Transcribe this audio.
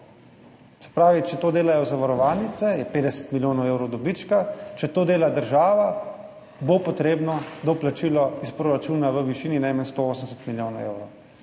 Se pravi, če to delajo zavarovalnice, je 50 milijonov evrov dobička, če to dela država, bo potrebno doplačilo iz proračuna v višini najmanj 180 milijonov evrov.